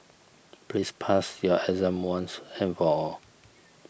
please pass your exam once and for all